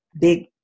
big